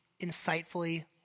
insightfully